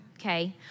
okay